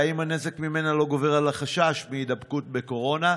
והאם הנזק ממנה לא גובר על החשש מהידבקות בקורונה?